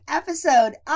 episode